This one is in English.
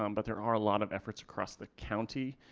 um but there are a lot of efforts across the county.